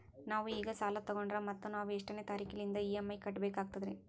ನಾವು ಈಗ ಸಾಲ ತೊಗೊಂಡ್ರ ಮತ್ತ ನಾವು ಎಷ್ಟನೆ ತಾರೀಖಿಲಿಂದ ಇ.ಎಂ.ಐ ಕಟ್ಬಕಾಗ್ತದ್ರೀ?